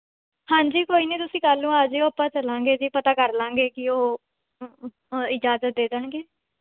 ਹਾਂਜੀ ਕੋਈ ਨਹੀਂ ਤੁਸੀਂ ਕੱਲ ਨੂੰ ਆ ਜਿਉ ਆਪਾਂ ਚੱਲਾਂਗੇ ਜੀ ਪਤਾ ਕਰ ਲਵਾਂਗੇ ਕਿ ਉਹ ਇਜਾਜ਼ਤ ਦੇ ਦੇਣਗੇ